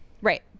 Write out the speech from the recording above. Right